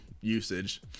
usage